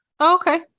okay